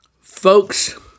Folks